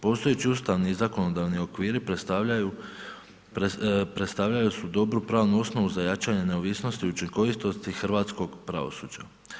Postojeći ustavni i zakonodavni okviri predstavljali su dobru pravnu osnovu za jačanje neovisnosti, učinkovitosti hrvatskog pravosuđa.